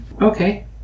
Okay